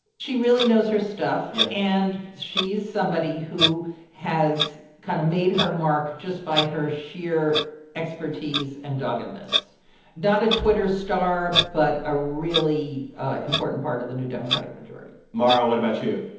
she really knows her stuff yeah and she's somebody who has kind of made her mark just by her sheer expertise and doggedness not a twitter star but a really important part of the new democratic majority mara, what about you?